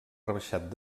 rebaixat